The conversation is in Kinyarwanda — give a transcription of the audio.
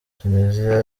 tunisia